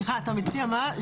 סליחה, אתה מציע מה?